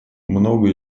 многое